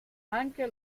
anche